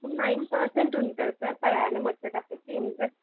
nine percent ఉంటుంది sir per annum వచ్చేటప్పటికి interest